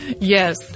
Yes